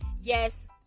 Yes